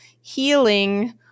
healing